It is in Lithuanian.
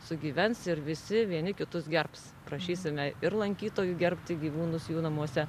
sugyvens ir visi vieni kitus gerbs prašysime ir lankytojų gerbti gyvūnus jų namuose